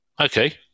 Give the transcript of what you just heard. Okay